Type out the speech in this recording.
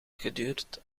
geduurd